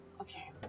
Okay